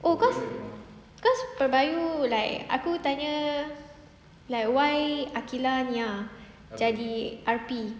oh cause cause PERBAYU like aku tanya like why aqilah ni ah jadi R_P